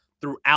throughout